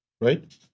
right